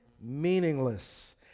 meaningless